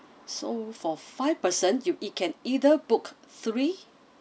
so for five person you ei~ can either book three